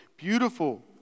Beautiful